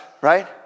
Right